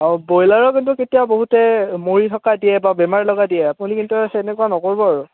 অঁ ব্ৰইলাৰো কিন্তু কেতিয়াবা বহুতে মৰি থকা দিয়ে বা বেমাৰ লগা দিয়ে আপুনি কিন্তু এনেকুৱা নকৰব আৰু